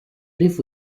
live